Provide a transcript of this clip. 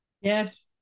Yes